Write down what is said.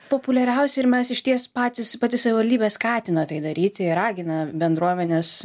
populiariausi ir mes išties patys pati savivaldybė skatina tai daryti ir ragina bendruomens